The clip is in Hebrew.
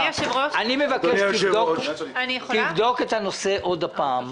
אני מבקש שתבדוק את הנושא פעם נוספת.